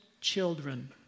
children